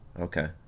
Okay